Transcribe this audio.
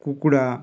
କୁକୁଡ଼ା